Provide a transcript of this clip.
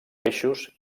peixos